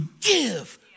give